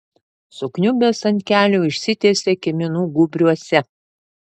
sukniubęs ant kelių išsitiesė kiminų gūbriuose